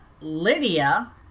Lydia